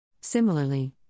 Similarly